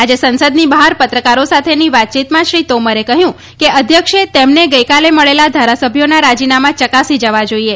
આજે સંસદની બહાર પત્રકારો સાથેની વાતચીતમાં શ્રી તોમરે કહ્યું કે અધ્યક્ષે તેમને ગઈકાલે મળેલા ધારાસભ્યોના રાજીનામા ચકાસી જવા જાઈએ